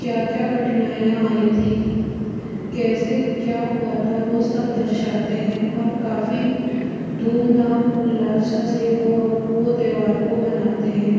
क्या क्या कठिनाइयाँ आई थी कैसे क्या हुआ था वह सब दर्शाते हैं और काफ़ी धूम धाम उल्लास से वह अब वह त्योहार को मनाते हैं